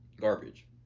garbage